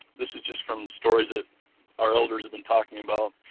this is just from stories that our elders have been talking about.